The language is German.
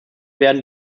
werden